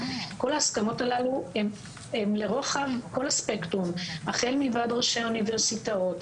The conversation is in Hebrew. כל ההסכמות הללו הן לרוחב כל הספקטרום החל מוועד ראשי האוניברסיטאות,